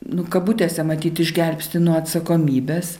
nu kabutėse matyt išgelbsti nuo atsakomybės